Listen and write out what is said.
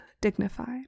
dignified